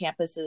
campuses